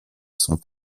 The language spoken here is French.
sont